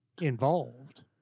involved